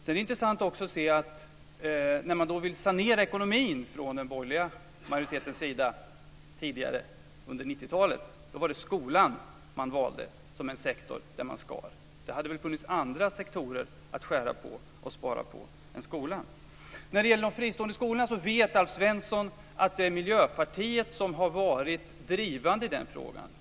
Det är intressant att se att när den borgerliga majoriteten tidigare under 90-talet ville sanera ekonomin var det skolan man valde som en sektor att skära i. Det hade väl funnits andra sektorer att skära i och spara på än skolan. När det gäller de fristående skolorna vet Alf Svensson att det är Miljöpartiet som har varit drivande i den frågan.